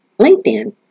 LinkedIn